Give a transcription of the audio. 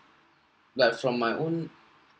like from my own